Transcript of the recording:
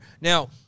Now